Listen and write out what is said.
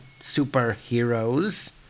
superheroes